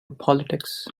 politics